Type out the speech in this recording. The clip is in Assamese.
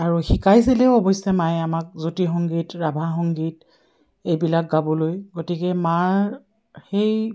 আৰু শিকাইছিলেও অৱশ্যে মায়ে আমাক জ্যোতি সংগীত ৰাভা সংগীত এইবিলাক গাবলৈ গতিকে মাৰ সেই